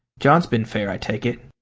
john's been fair i take it.